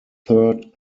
third